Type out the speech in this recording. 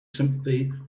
sympathy